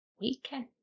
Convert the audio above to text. Weekend